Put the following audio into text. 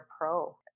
pro